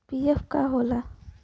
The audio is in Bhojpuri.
पी.एफ का होला?